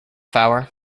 hour